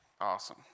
Awesome